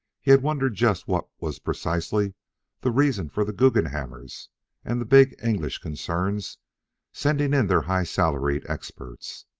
he had wondered just what was precisely the reason for the guggenhammers and the big english concerns sending in their high-salaried experts.